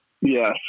Yes